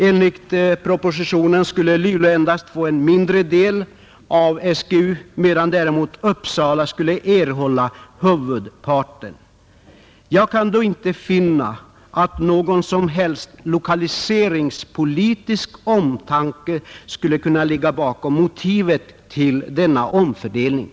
Enligt propositionen skall nämligen Luleå få endast en mindre del av SGU, medan Uppsala erhåller huvudparten. Jag kan inte finna någon lokaliseringspolitisk omtanke bakom motivet för denna omfördelning.